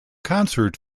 concert